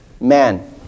man